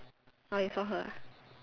uh you saw her ah